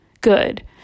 good